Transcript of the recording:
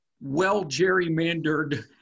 well-gerrymandered